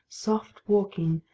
soft-walking,